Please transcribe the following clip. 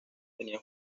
tenía